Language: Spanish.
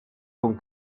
con